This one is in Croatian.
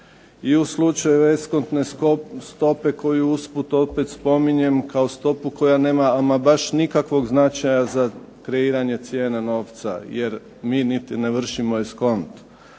i u slučaju eskontne stope koju usput opet spominjem kako stopu koja nema ama baš nikakvog značaja kreiranja cijene novca, jer mi niti ne vršimo eskont.